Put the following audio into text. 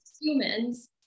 humans